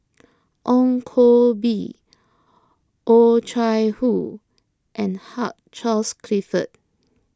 Ong Koh Bee Oh Chai Hoo and Hugh Charles Clifford